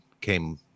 came